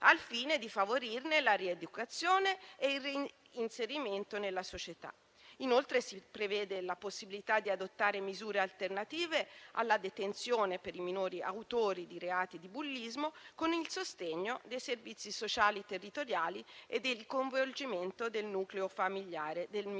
al fine di favorirne la rieducazione e il reinserimento nella società. Si prevede inoltre la possibilità di adottare misure alternative alla detenzione per i minori autori di reati di bullismo, con il sostegno dei servizi sociali territoriali e il coinvolgimento del nucleo familiare del minore,